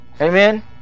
Amen